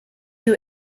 you